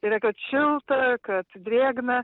tai yra kad šilta kad drėgna